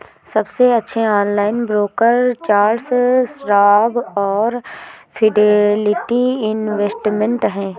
सबसे अच्छे online broker Charles Schwab और फिडेलिटी इन्वेस्टमेंट हैं